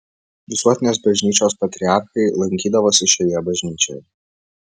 visuotinės bažnyčios patriarchai lankydavosi šioje bažnyčioje